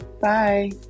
Bye